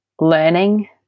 learning